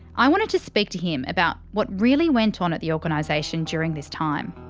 i wanted to speak to him about what really went on at the organisation during this time.